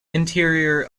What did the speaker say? interior